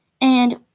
and-